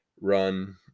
run